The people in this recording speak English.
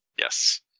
Yes